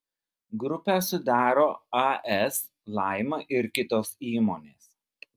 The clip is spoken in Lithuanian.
grupę sudaro as laima ir kitos įmonės